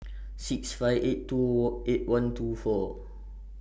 six five eight two Walk eight one two four